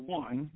one